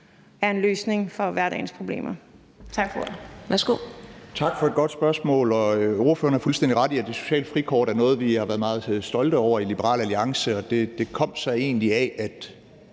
er en løsning på hverdagens problemer?